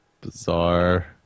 Bizarre